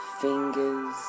fingers